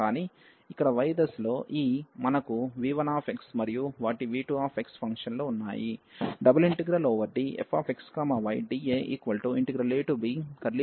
కానీ ఇక్కడ ఈ yదిశలో మనకు v1 మరియు వాటి v2 ఫంక్షన్లు ఉన్నాయి